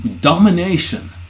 domination